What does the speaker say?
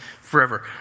forever